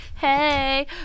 hey